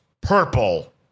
purple